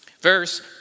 Verse